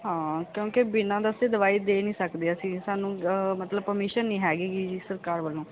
ਹਾਂ ਕਿਉਂਕਿ ਬਿਨਾਂ ਦੱਸੇ ਦਵਾਈ ਦੇ ਨਹੀਂ ਸਕਦੇ ਅਸੀਂ ਸਾਨੂੰ ਮਤਲਬ ਪਰਮਿਸ਼ਨ ਨਹੀਂ ਹੈਗੀ ਜੀ ਸਰਕਾਰ ਵੱਲੋਂ